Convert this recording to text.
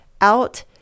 out